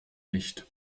nicht